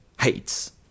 hates